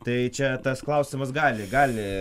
tai čia tas klausimas gali gali